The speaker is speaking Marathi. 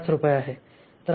675 रुपये आहे